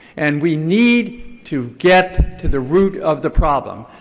and we need to get to the root of the problem.